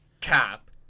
cap